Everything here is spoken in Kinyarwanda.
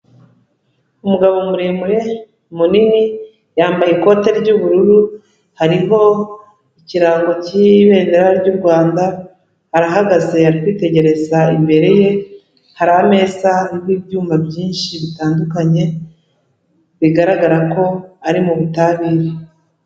Umugabo muremure munini yambaye ikote ry'ubururu, hariho ikirango cy'ibendera ry'u Rwanda, arahagaze ari kwitegereza imbere ye hari ameza ariho ibyuma byinshi bitandukanye bigaragara ko ari mu butabire.